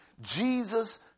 jesus